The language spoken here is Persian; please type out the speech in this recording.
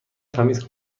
تمیز